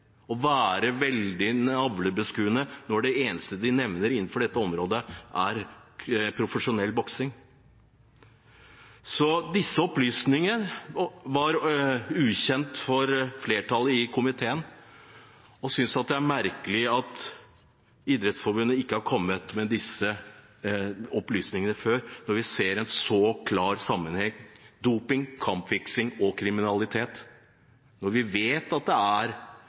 å være veldig navlebeskuende når det eneste de nevner innenfor dette området, er profesjonell boksing? Disse opplysningene var ukjente for flertallet i komiteen, og vi synes det er merkelig at Idrettsforbundet ikke har kommet med disse opplysningene før, når vi ser en så klar sammenheng mellom doping, kampfiksing og kriminalitet. Når vi vet at det i hvert fall er